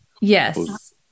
Yes